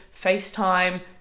facetime